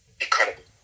incredible